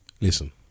Listen